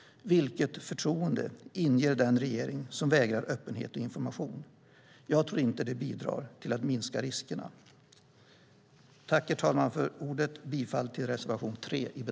Vilket förtroende inger den regering som vägrar öppenhet och information? Jag tror inte att det bidrar till att minska riskerna. Herr talman! Jag yrkar bifall till reservation 3.